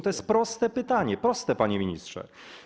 To jest proste pytanie, proste, panie ministrze.